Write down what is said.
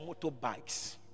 motorbikes